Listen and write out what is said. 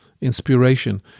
inspiration